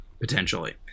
potentially